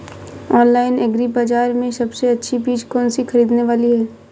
Online agri बाजार में सबसे अच्छी चीज कौन सी ख़रीदने वाली है?